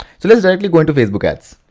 so let's directly go to facebook ads.